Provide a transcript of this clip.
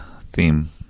theme